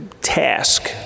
task